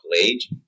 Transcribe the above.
age